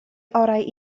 orau